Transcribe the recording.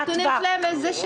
על פי הנתונים שלהם אין עלות.